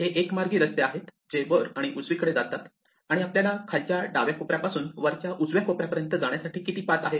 हे एकमार्गी रस्ते आहेत जे वर आणि उजवीकडे जातात आणि आपल्याला खालच्या डाव्या कोपऱ्यापासून वरच्या उजव्या कोपऱ्यापर्यंत जाण्यासाठी किती पाथ आहेत